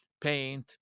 paint